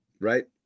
right